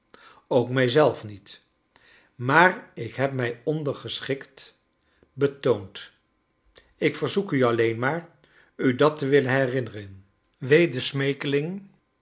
ook mij zelf niet maar ik heb mij ondergeschikt betoond ik verzoek u alleen maar u dat te wiljen herinneren